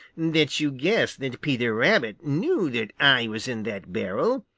that you guess that peter rabbit knew that i was in that barrel,